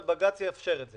אבל בג"ץ יאפשר את זה.